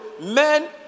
men